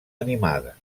animada